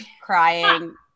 crying